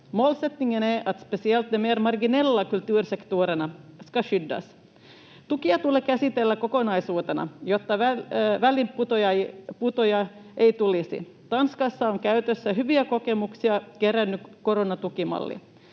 Målsättningen är att speciellt de mer marginella kultursektorerna ska skyddas. Tukia tulee käsitellä kokonaisuutena, jotta väliinputoajia ei tulisi. Tanskassa on käytössä hyviä kokemuksia kerännyt koronatukimalli.